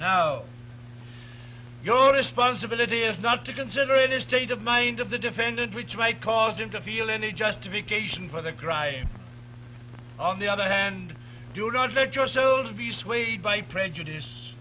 and now your responsibility is not to consider in a state of mind of the defendant which might cause him to feel any justification for the cry on the other hand do not let your souls be swayed by prejudice